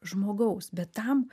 žmogaus bet tam